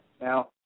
Now